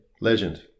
Legend